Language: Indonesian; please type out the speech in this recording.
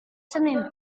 senin